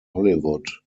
hollywood